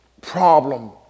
problem